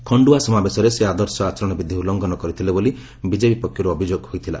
ଖଣ୍ଡୁଆ ସମାବେଶରେ ସେ ଆଦର୍ଶ ଆଚରଣ ବିଧି ଉଲ୍ଲ୍ଂଘନ କରିଥିଲେ ବୋଲି ବିଜେପି ପକ୍ଷରୁ ଅଭିଯୋଗ ହୋଇଥିଲା